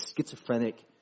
schizophrenic